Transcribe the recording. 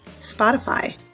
Spotify